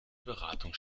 beratung